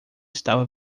estava